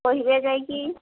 କହିବେ ଯାଇକି